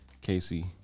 Casey